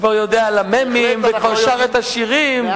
כבר יודע על המ"מים וכבר שר את השירים, בהחלט.